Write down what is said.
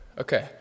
Okay